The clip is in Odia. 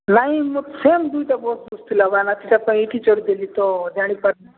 ନାଇଁ ମୋ ସେମ୍ ଦୁଇଟା ବସ୍ ବସିଥିଲା ବା ନା ସେ ପାଇଁ ଏଇଠି ଚଢ଼ି ଦେଲି ତ ଜାଣିପାରୁନି